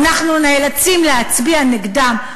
אנחנו נאלצים להצביע נגדן,